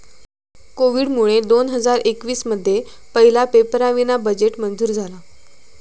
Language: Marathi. कोविडमुळे दोन हजार एकवीस मध्ये पहिला पेपरावीना बजेट मंजूर झाला